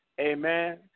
Amen